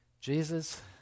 Jesus